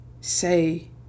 say